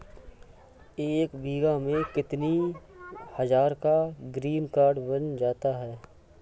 एक बीघा में कितनी हज़ार का ग्रीनकार्ड बन जाता है?